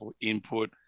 input